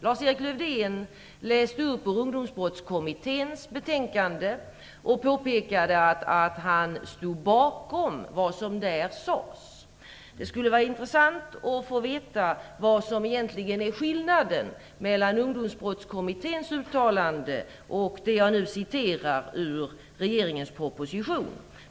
Lars-Erik Lövdén läste ur Ungdomsbrottskommitténs betänkande och påpekade att han stod bakom vad som där sades. Det skulle vara intressant att få veta vad som egentligen är skillnaden mellan Ungdomsbrottskommitténs uttalande och det jag nu citerar ur regeringens proposition.